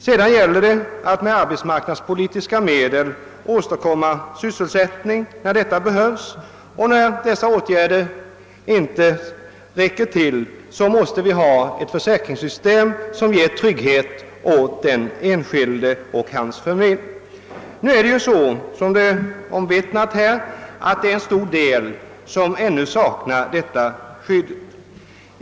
Sedan gäller det att med = arbetsmarknadspolitiska medel åstadkomma sysselsättning då så behövs, och när dessa åtgärder inte är tillräckliga måste vi ha ett försäkringssystem som ger trygghet åt den enskilde och hans familj. Såsom här omvittnats saknar en stor del av medborgarna ännu ett sådant skydd.